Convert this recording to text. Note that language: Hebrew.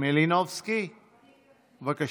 מלינובסקי, בבקשה.